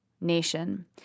nation